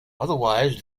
otherwise